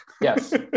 Yes